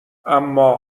اما